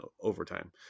overtime